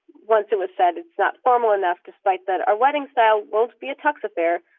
once it was said it's not formal enough, despite that our wedding style won't be a tux affair.